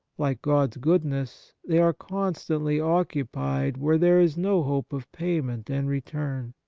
like god's goodness, they are constantly occupied where there is no hope of payment and return.